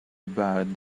about